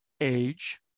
age